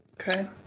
Okay